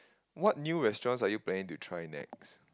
what new restaurants are you planning to try next